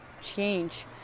change